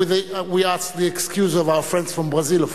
We apologize to our friends from Brazil,